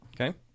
Okay